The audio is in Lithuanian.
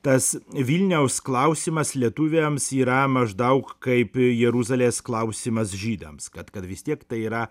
tas vilniaus klausimas lietuviams yra maždaug kaip jeruzalės klausimas žydams kad kad vis tiek tai yra